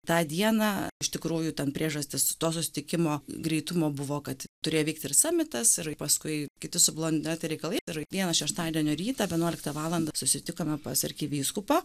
tą dieną iš tikrųjų tam priežastis to susitikimo greitumo buvo kad turėjo vykti ir ir paskui kiti su reikalai ir vieną šeštadienio rytą vienuoliktą valandą susitikome pas arkivyskupą